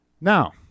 Now